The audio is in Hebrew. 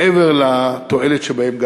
מעבר לתועלת שבהם,